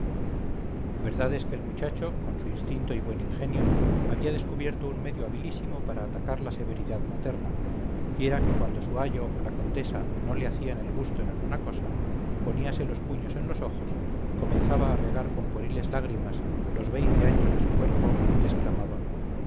verdad es que el muchacho con su instinto y buen ingenio había descubierto un medio habilísimo para atacar la severidad materna y era que cuando su ayo o la condesa no le hacían el gusto en alguna cosa poníase los puños en los ojos comenzaba a regar con pueriles lágrimas los veinte años de su cuerpo y exclamaba